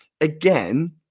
again